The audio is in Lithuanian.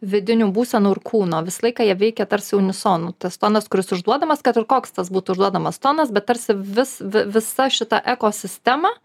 vidinių būsenų ir kūno visą laiką jie veikia tarsi unisonu tas tonas kuris užduodamas kad ir koks tas būtų užduodamas tonas bet tarsi vis visa šita ekosistema